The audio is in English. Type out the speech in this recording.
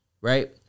Right